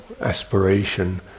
aspiration